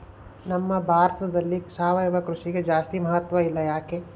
ನಮ್ಮ ಭಾರತದಲ್ಲಿ ಸಾವಯವ ಕೃಷಿಗೆ ಜಾಸ್ತಿ ಮಹತ್ವ ಇಲ್ಲ ಯಾಕೆ?